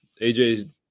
AJ